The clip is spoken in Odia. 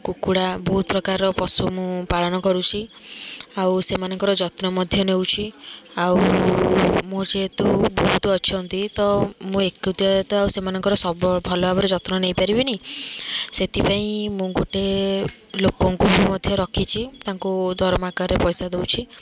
କୁକୁଡ଼ା ବହୁତ ପ୍ରକାରର ପଶୁ ମୁଁ ପାଳନ କରୁଛି ଆଉ ସେମାନଙ୍କର ଯତ୍ନ ମଧ୍ୟ ନେଉଛି ଆଉ ମୋର ଯେହେତୁ ବହୁତ ଅଛନ୍ତି ତ ମୁଁ ଏକୁଟିଆ ତ ଆଉ ସେମାନଙ୍କର ସବ ଭଲ ଭାବରେ ଯତ୍ନ ନେଇପାରିବିନି ସେଥିପାଇଁ ମୁଁ ଗୋଟେ ଲୋକଙ୍କୁ ବି ମଧ୍ୟ ରଖିଛି ତାଙ୍କୁ ଦରମା ଆକାରରେ ପଇସା ଦେଉଛି